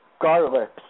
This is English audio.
garlic